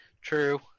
True